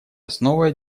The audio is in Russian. основой